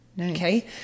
Okay